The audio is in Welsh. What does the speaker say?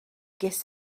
ges